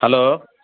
hello